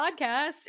podcast